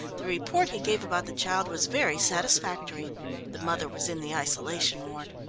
the report he gave about the child was very satisfactory the mother was in the isolation ward.